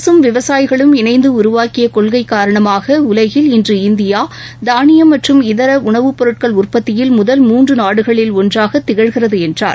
அரசும் விவசாயிகளும் இணைந்து உருவாக்கிய கொள்கை காரணமாக உலகில் இன்று இந்தியா தானியம் மற்றும் இதர உணவுப் பொருட்கள் உற்பத்தியில் முதல் மூன்று நாடுகளில் ஒள்றாக திகழ்கிறது என்றார்